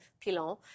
Pilon